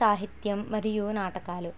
సాహిత్యం మరియు నాటకాలు